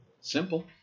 simple